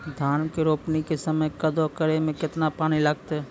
धान के रोपणी के समय कदौ करै मे केतना पानी लागतै?